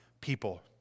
people